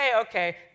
okay